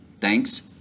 Thanks